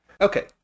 Okay